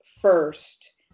first